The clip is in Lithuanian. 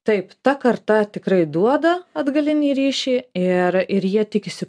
taip ta karta tikrai duoda atgalinį ryšį ir ir jie tikisi